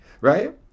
Right